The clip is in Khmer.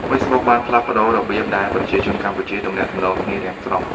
Facebook បានផ្លាស់ប្ដូររបៀបដែលប្រជាជនកម្ពុជាទំនាក់ទំនងគ្នា ទាំងស្រុង។